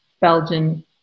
Belgian